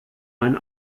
ein